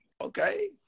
Okay